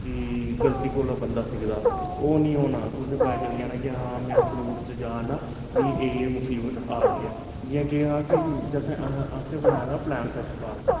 कि गलती कोला बंदा सिखदा ओह् निं होना तुसें गी पता चली जाना कि में उस रूट च जा ना मिगी एह् एह् मुसीबत आ दी ऐ जि'यां केह् हा कि असें बनाए दा हा प्लैन सच पाथ दा